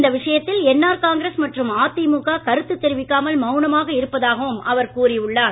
இந்த விஷயத்தில் NR Congress மற்றும் அதிமுக கருத்து தெரிவிக்காமல் மவுனமாக இருப்பதாகவும் அவர் கூறி உள்ளார்